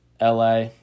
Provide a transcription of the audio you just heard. LA